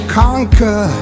conquer